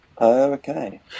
Okay